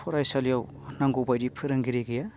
फरायसालियाव नांगौ बायदि फोरोंगिरि गैया